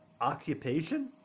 occupation